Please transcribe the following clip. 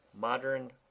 modern